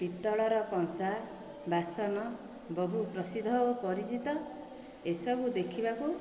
ପିତ୍ତଳର କଂସା ବାସନ ବହୁ ପ୍ରସିଦ୍ଧ ଓ ପରିଚିତ ଏସବୁ ଦେଖିବାକୁ